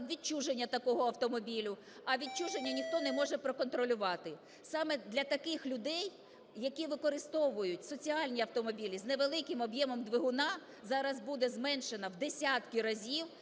відчуження такого автомобіля. А відчуження ніхто не може проконтролювати. Саме для таких людей, які використовують соціальні автомобілі з невеликим об'ємом двигуна, зараз буде зменшена в десятки разів